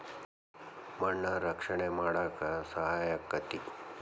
ಮಣ್ಣ ರಕ್ಷಣೆ ಮಾಡಾಕ ಸಹಾಯಕ್ಕತಿ